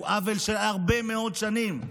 הוא עוול של הרבה מאוד שנים,